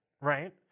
right